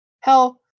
hell